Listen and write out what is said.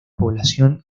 población